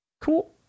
Cool